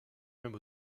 même